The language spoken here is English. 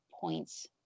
points